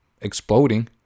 exploding